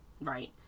Right